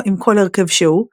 או עם כל הרכב שהוא,